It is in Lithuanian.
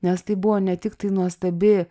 nes tai buvo ne tiktai nuostabi